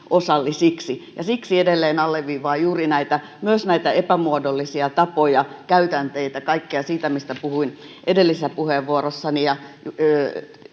Siksi edelleen alleviivaan juuri myös näitä epämuodollisia tapoja, käytänteitä, kaikkea sitä, mistä puhuin edellisessä puheenvuorossani.